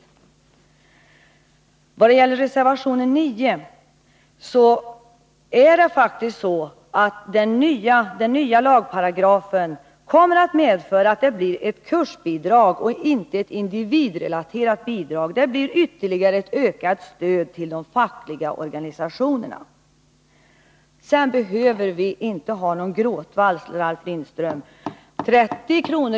I vad gäller reservation 9 är det faktiskt så att den nya lagparagrafen kommer att medföra att det blir ett kursbidrag och inte ett individrelaterat bidrag. Det blir ytterligare ett ökat stöd till de fackliga organisationerna. Sedan behöver vi inte ha någon gråtvals, Ralf Lindström. 30 kr.